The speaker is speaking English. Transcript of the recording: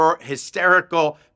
hysterical